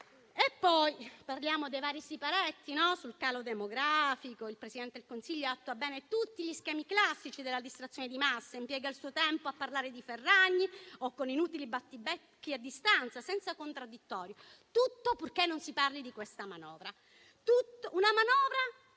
Poi, parliamo dei vari siparietti sul calo demografico. Il Presidente del Consiglio attua bene tutti gli schemi classici della distrazione di massa, impiega il suo tempo a parlare di Ferragni o in inutili battibecchi a distanza, senza contraddittorio. Tutto, purché non si parli di questa manovra: una manovra